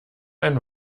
einen